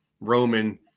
Roman